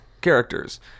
characters